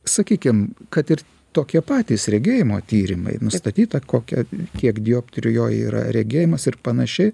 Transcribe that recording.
sakykim kad ir tokie patys regėjimo tyrimai nustatyta kokia kiek dioptrijų jo yra regėjimas ir panašiai